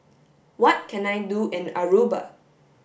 what can I do in Aruba